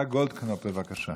בהתאם למגרשים